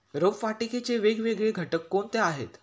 रोपवाटिकेचे वेगवेगळे घटक कोणते आहेत?